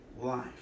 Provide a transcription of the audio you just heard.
life